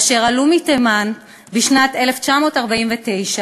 אשר עלו מתימן בשנת 1949,